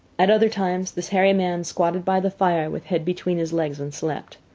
at other times this hairy man squatted by the fire with head between his legs and slept.